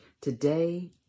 Today